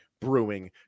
Brewing